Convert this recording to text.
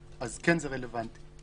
אז זה כן רלוונטי.